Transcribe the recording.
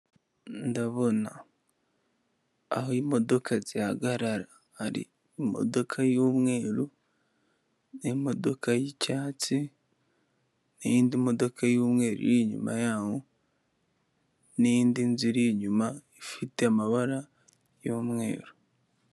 Ndabona aho imodoka zihagarara hari imodoka y' umweru n' imodoka yicyatsi n' indi modoka yumweru inyuma yaho n' indi nzu inyuma ifite amabara yumweru .